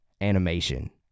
animation